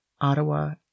Ottawa